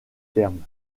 terme